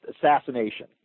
assassination